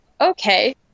okay